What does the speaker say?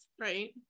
Right